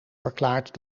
verklaard